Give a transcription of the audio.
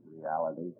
reality